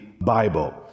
bible